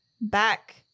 back